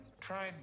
tried